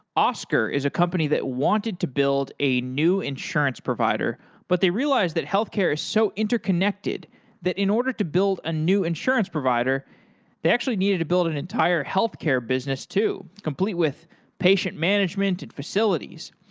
oscar is a company that wanted to build a new insurance provider but they realized that healthcare is so interconnected that in order to build a new insurance provider they actually needed to build an entire healthcare business too, complete with patient management and facilities.